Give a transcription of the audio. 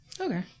okay